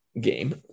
game